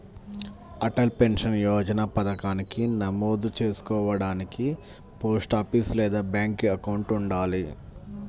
Atal pension Yojana పథకానికి నమోదు చేసుకోడానికి పోస్టాఫీస్ లేదా బ్యాంక్ అకౌంట్ ఉండాలి